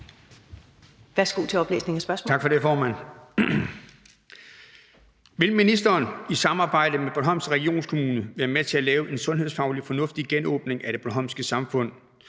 Peter Juel-Jensen (V): Tak for det, formand. Vil ministeren i samarbejde med Bornholms Regionskommune være med til at lave en sundhedsfagligt fornuftig genåbning af det bornholmske samfund,